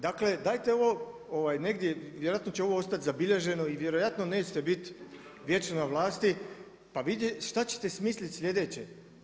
Dakle, dajte negdje, vjerojatno će ovo ostati zabilježeno i vjerojatno nećete biti vječno na vlasti, pa šta ćete smisliti slijedeće?